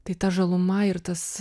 tai ta žaluma ir tas